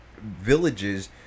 villages